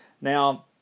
Now